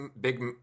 big